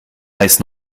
heißt